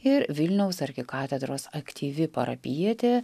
ir vilniaus arkikatedros aktyvi parapijietė